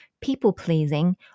people-pleasing